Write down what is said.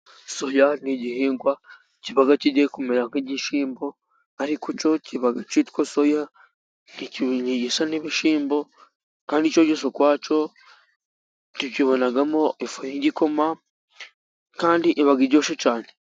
Soya ni igihingwa kiba kigiye kumera nk'igishyimbo， ariko cyo，kiba cyitwa soya，ntigisa n'ibishyimbo， kandi cyo gisa ukwacyo，tukibonamo ifu y’igikoma，kandi iba iryoshye cyane.